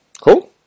Cool